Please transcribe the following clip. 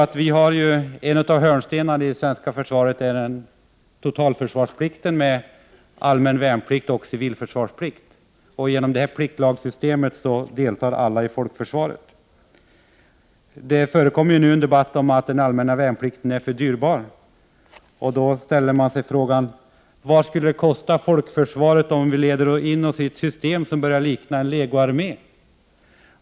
En av hörnstenarna i det svenska försvaret är totalförsvarsplikten med allmän värnplikt och civilförsvarsplikt. Genom detta pliktlagssystem deltar alla i folkförsvaret. Det förekommer nu en debatt om att den allmänna värnplikten är för dyrbar. Man ställer sig då frågan: Vad skulle det kosta folkförsvaret om vi ledde oss in i ett system som börjar likna en legoarmé?